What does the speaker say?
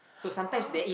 ah